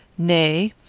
nay,